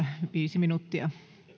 viisi minuuttia